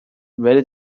ready